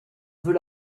veut